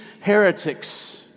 heretics